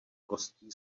kostí